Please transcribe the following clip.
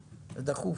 שלך.